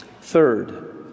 Third